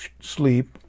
sleep